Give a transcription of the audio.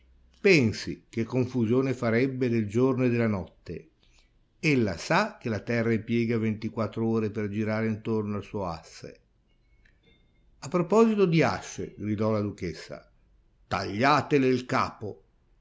pensi che confusione farebbe del giorno e della notte ella sa che la terra impiega ventiquattro ore per girare intorno al suo asse a proposito di asce gridò la duchessa tagliatele il capo